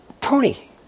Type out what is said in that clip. Tony